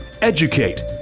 educate